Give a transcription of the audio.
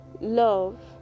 love